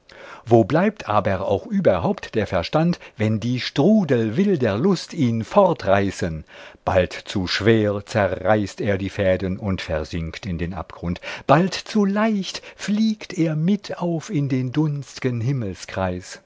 wo bleibt aber auch überhaupt der verstand wenn die strudel wilder lust ihn fortreißen bald zu schwer zerreißt er die fäden und versinkt in den abgrund bald zu leicht fliegt er mit auf in den dunst'gen